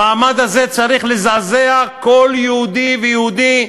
המעמד הזה צריך לזעזע כל יהודי ויהודי,